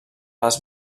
les